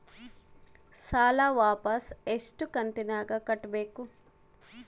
ಸಾಲ ವಾಪಸ್ ಎಷ್ಟು ಕಂತಿನ್ಯಾಗ ಕಟ್ಟಬೇಕು?